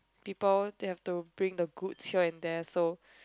people they have to bring the goods here and there so